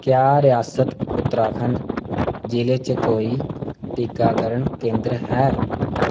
क्या रियासत उत्तराखंड जि'ले च कोई टीकाकरण केंद्र है